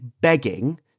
begging